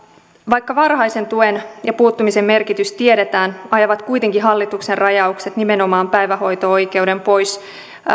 vaikka varhaisen tuen ja puuttumisen merkitys tiedetään ajavat kuitenkin hallituksen rajaukset nimenomaan päivähoito oikeuden pois